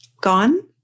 Gone